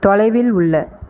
தொலைவில் உள்ள